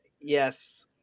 Yes